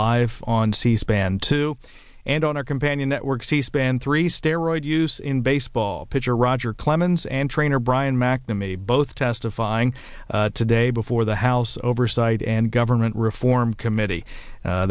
live on c span too and on our companion network c span three steroids use in baseball pitcher roger clemens and trainer brian mcnamee both testifying today before the house oversight and government reform committee